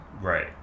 Right